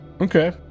okay